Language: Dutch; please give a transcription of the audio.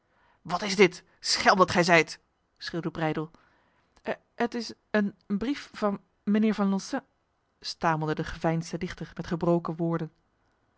wat is dit schelm dat gij zijt schreeuwde breydel het is een brief van mijnheer van loncin stamelde de geveinsde dichter met gebroken woorden